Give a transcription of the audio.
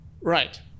right